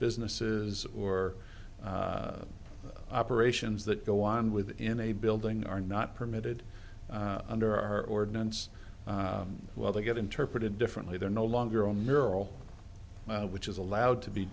businesses or operations that go on with in a building are not permitted under our ordinance well they get interpreted differently they're no longer on mural which is allowed to be